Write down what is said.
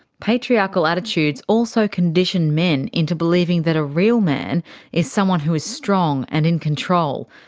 patriarchal attitudes also condition men into believing that a real man is someone who is strong and in control,